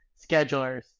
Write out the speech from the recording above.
schedulers